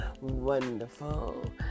wonderful